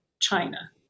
China